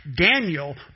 Daniel